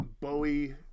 Bowie